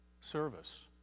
service